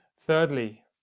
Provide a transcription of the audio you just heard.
Thirdly